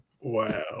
Wow